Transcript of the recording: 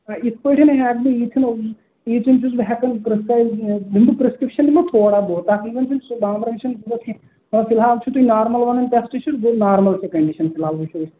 آ یِتھٕ پٲٹھۍ ییٚتھٮ۪ن ییٚتھٮ۪ن چھُس بہٕ ہٮ۪کان پرٛیسکرٛایِب یِم بہٕ پرٛسکرٛپشن تھوڑا بہت تقریٖبن سُہ بانٛبرنٕچ چھَنہٕ ضروٗرت کیٚنٛہہ وۅنۍ فِلحال چھِو تُہۍ نارمَل وَنان ٹیٚسٹہٕ چھِ گوٚو نارمَل تہٕ فِلحال وُچھو أسۍ